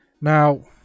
Now